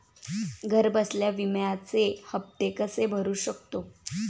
घरबसल्या विम्याचे हफ्ते कसे भरू शकतो?